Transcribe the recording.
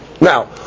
Now